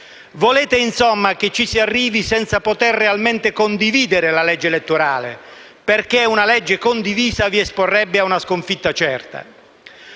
Volete insomma che ci si arrivi senza poter realmente condividere la legge elettorale, perché una legge condivisa vi esporrebbe ad una sconfitta certa.